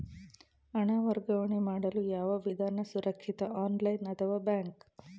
ಹಣ ವರ್ಗಾವಣೆ ಮಾಡಲು ಯಾವ ವಿಧಾನ ಸುರಕ್ಷಿತ ಆನ್ಲೈನ್ ಅಥವಾ ಬ್ಯಾಂಕ್?